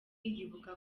yibuka